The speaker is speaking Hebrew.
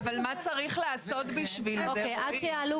עד שיעלו